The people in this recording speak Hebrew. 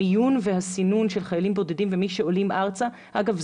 המיון והסינון של חיילים בודדים ומי שעולים ארצה אגב,